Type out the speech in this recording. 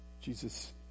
Jesus